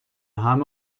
همه